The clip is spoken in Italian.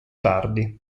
tardi